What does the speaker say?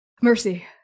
mercy